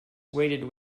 waited